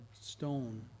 stone